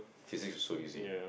physics is so easy